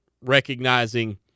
recognizing